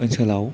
ओनसोलाव